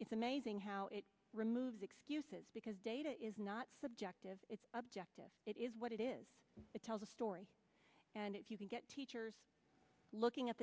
it's amazing how it removes excuses because data is not subjective it's objective it is what it is it tells a story and if you can get teachers looking at the